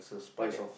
what